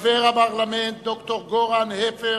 חבר הפרלמנט ד"ר גורן הפר,